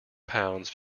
pounds